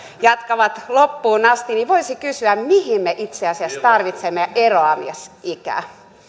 jatkavat loppuun asti voisi kysyä mihin me itse asiassa tarvitsemme eroamisikää